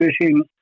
fishing